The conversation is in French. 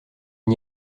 n’y